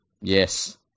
Yes